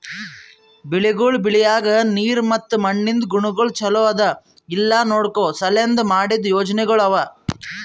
ಬೆಳಿಗೊಳ್ ಬೆಳಿಯಾಗ್ ನೀರ್ ಮತ್ತ ಮಣ್ಣಿಂದ್ ಗುಣಗೊಳ್ ಛಲೋ ಅದಾ ಇಲ್ಲಾ ನೋಡ್ಕೋ ಸಲೆಂದ್ ಮಾಡಿದ್ದ ಯೋಜನೆಗೊಳ್ ಅವಾ